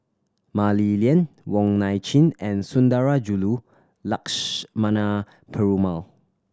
Mah Li Lian Wong Nai Chin and Sundarajulu Lakshmana Perumal